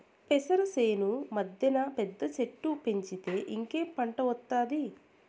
పెసర చేను మద్దెన పెద్ద చెట్టు పెంచితే ఇంకేం పంట ఒస్తాది